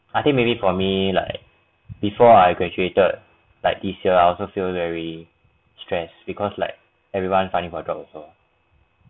I think maybe for me like before I graduated like this year I also feel very stress because like everyone finding for job also